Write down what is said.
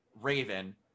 Raven